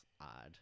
odd